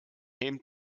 helm